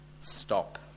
stop